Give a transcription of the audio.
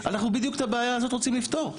אנחנו בדיוק את הבעיה הזאת רוצים לפתור,